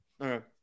Okay